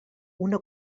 una